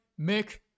Mick